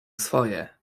swoje